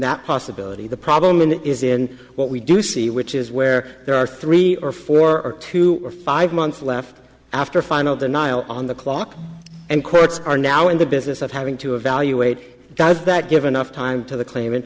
that possibility the problem is in what we do see which is where there are three or four two or five months left after final denial on the clock and courts are now in the business of having to evaluate does that give enough time to the claima